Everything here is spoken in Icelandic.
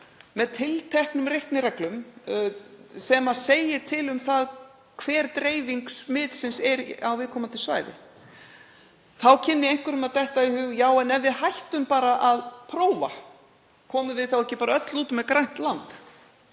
með tilteknum reiknireglum sem segja til um það hver dreifing smitsins er á viðkomandi svæði. Þá kynni einhverjum að detta í hug: Já, en ef við hættum bara að prófa, komum við þá ekki bara öll út með grænt land?